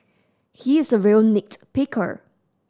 he is a real nit picker